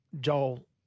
Joel